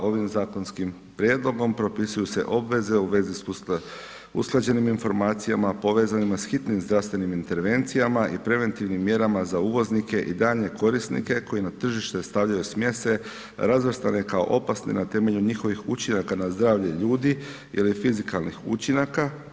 542 ovim zakonskim prijedlogom propisuju se obveze u vezi s usklađenim informacijama povezanima s hitnim zdravstvenim intervencijama i preventivnim mjerama za uvoznike i daljnje korisnike koji na tržište stavljaju smjese razvrstane kao opasne na temelju njihovih učinaka na zdravlje ljudi ili fizikalnih učinaka.